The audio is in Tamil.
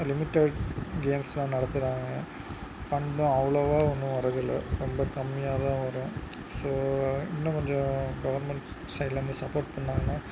லிமிடட் கேம்ஸெலாம் நடத்துகிறாங்க ஃபண்டும் அவ்வளோவா ஒன்றும் வரதில்ல ரொம்ப கம்மியாக தான் வரும் ஸோ இன்னும் கொஞ்சம் கவெர்மென்ட் சைடில் வந்து சப்போர்ட் பண்ணிணாங்ன்னா